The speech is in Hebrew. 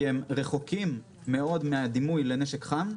כי הם רחוקים מאוד מהדימוי לנשק חם,